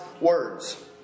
words